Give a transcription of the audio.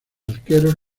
arqueros